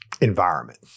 environment